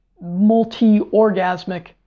multi-orgasmic